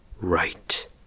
right